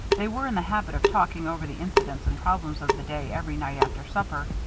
they were in the habit of talking over the incidents and problems of the day every night after supper.